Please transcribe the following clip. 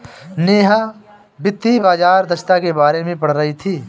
नेहा वित्तीय बाजार दक्षता के बारे में पढ़ रही थी